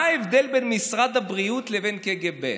מה ההבדל בין משרד הבריאות לבין הקג"ב?